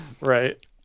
Right